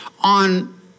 on